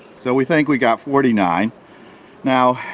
so we think we got forty nine now,